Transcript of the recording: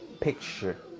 picture